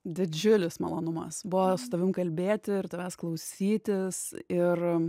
didžiulis malonumas buvo su tavim kalbėti ir tavęs klausytis ir